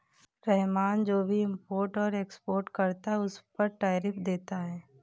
रहमान जो भी इम्पोर्ट और एक्सपोर्ट करता है उस पर टैरिफ देता है